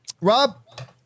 Rob